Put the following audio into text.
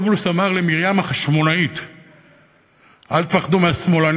הממשלה: נשקם את רשות השידור.